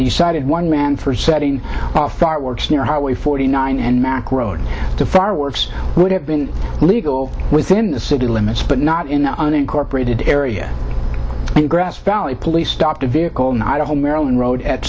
he cited one man for setting off fireworks near highway forty nine and mac road to fireworks would have been legal within the city limits but not in the unincorporated area in grass valley police stopped a vehicle in idaho maryland road at